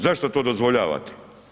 Zašto to dozvoljavate?